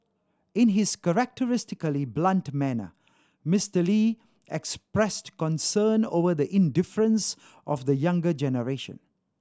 in his characteristically blunt manner Mister Lee expressed concern over the indifference of the younger generation